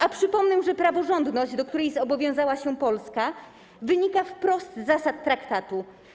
A przypomnę, że praworządność, do której zobowiązała się Polska, wynika wprost z zasad traktatu.